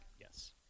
Yes